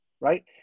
right